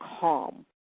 calm